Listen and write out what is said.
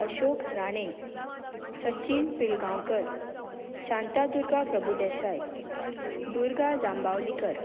Ashok Rane Sachin Pilgaonkar Shantadurga Prabhudesai Durga Jambavlikar